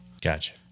Gotcha